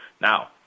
now